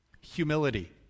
humility